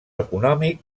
econòmic